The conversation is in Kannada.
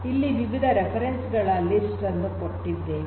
ಇಲ್ಲಿ ವಿವಿಧ ಉಲ್ಲೇಖಗಳ ಪಟ್ಟಿಯನ್ನು ಕೊಟ್ಟಿದ್ದೇವೆ